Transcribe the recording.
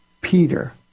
Peter